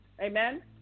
Amen